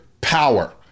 power